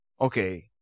okay